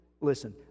Listen